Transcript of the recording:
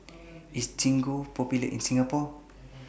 IS Gingko Popular in Singapore